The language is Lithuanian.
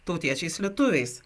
tautiečiais lietuviais